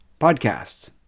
podcasts